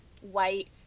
white